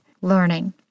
learning